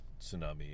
tsunami